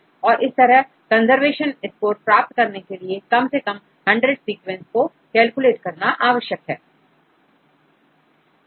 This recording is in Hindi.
तो इस तरह कंजर्वेशन स्कोर प्राप्त करने के लिए कम से कम100 सीक्वेंसेस को कैलकुलेट करना आवश्यक है